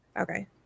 Okay